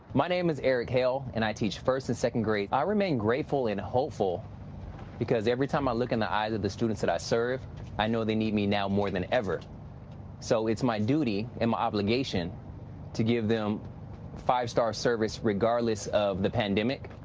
my name is eric hail. and i teach first and second grade. i remain grateful and hopeful because every time i look in the eyes of the students i serve i know they need me now more than ever so it's my duty and my obligation to give them five-star service regardless of the pandemic.